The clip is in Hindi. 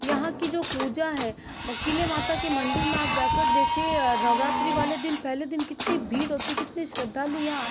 यहाँ की जो पूजा है कीले माता के मंदिर में आप जा कर देखें नवरात्रि वाले दिन पहले दिन कितनी भीड़ होती कितनी श्रद्धालु यहाँ आते हैं